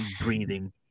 breathing